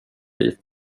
dit